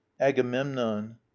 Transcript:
agamemnon